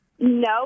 No